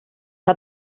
hat